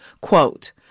Quote